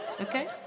Okay